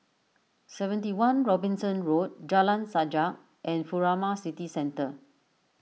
seventy one Robinson Road Jalan Sajak and Furama City Centre